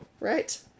right